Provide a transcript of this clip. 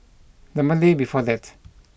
the Monday before that